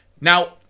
Now